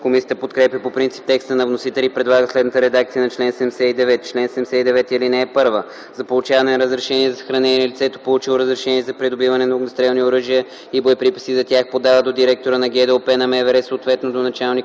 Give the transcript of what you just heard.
Комисията подкрепя по принцип текста на вносителя и предлага следната редакция на чл. 79: „Чл. 79. (1) За получаване на разрешение за съхранение лицето, получило разрешение за придобиване на огнестрелни оръжия и боеприпаси за тях, подава до директора на ГДОП на МВР, съответно до началника